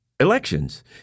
Elections